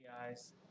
Guys